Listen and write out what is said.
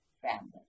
family